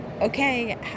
okay